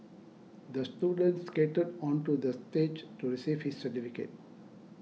the student skated onto the stage to receive his certificate